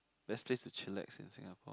best place to chillax in Singapore